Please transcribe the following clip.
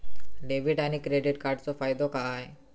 Debit आणि credit कार्डचो फायदो काय?